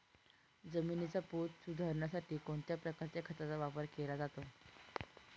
जमिनीचा पोत सुधारण्यासाठी कोणत्या प्रकारच्या खताचा वापर केला जातो?